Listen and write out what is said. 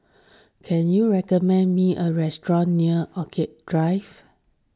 can you recommend me a restaurant near Orchid Drive